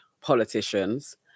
politicians